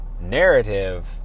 narrative